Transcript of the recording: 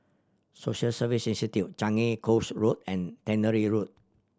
Social Service Institute Changi Coast Road and Tannery Road